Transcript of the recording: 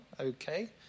okay